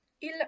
Il